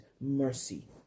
mercy